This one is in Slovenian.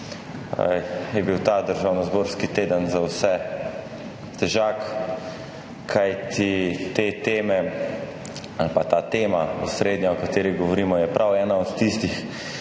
je bil ta državnozborski teden za vse težak, kajti te teme ali pa ta osrednja tema, o kateri govorimo, je prav ena od tistih,